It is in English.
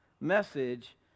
message